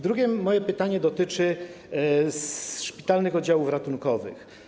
Drugie moje pytanie dotyczy szpitalnych oddziałów ratunkowych.